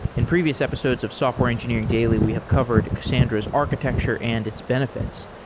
in previous episodes of software engineering daily we have covered cassandra's architecture and its benefits,